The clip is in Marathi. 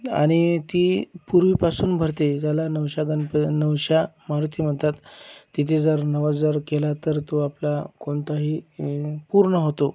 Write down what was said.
आणि ती पूर्वीपासून भरते ज्याला नवश्या गणपत नवश्या मारुती म्हणतात तिथे जर नवस जर केला तर तो आपला कोणताही पूर्ण होतो